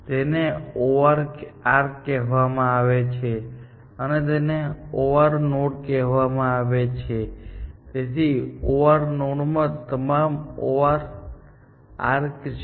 તેને OR arc કહેવામાં આવે છે અને તેને OR નોડ કહેવામાં આવે છે તેથી OR નોડમાં તમામ OR આર્ક છે